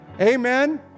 Amen